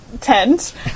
tent